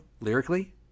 Lyrically